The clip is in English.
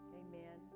amen